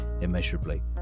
immeasurably